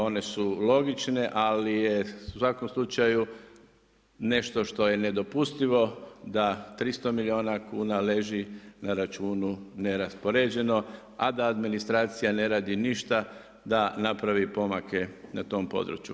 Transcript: One su logične, ali je u svakom slučaju nešto što je nedopustivo da 300 milijuna kuna leži na računu neraspoređeno, da da administracija ne radi ništa da napravi pomake na tom području.